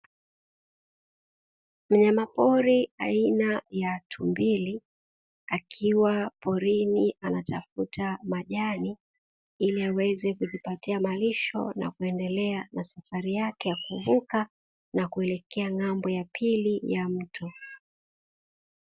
Mnyama pori aina ya tumbili akiwa porini anatafuta majani ili aweze kujipatia malisho na kuendelea na safari yake ya kuvuka na kuelekea ng'ambo ya pili ya mto.